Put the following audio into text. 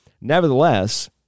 Nevertheless